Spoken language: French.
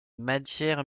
matières